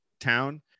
town